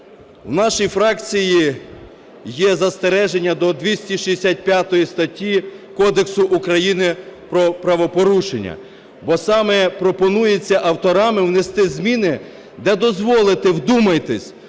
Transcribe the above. в нашої фракції є застереження до 265 статті Кодексу України про правопорушення. Бо саме пропонується авторами внести зміни та дозволити, вдумайтесь,